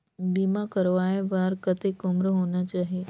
बीमा करवाय बार कतेक उम्र होना चाही?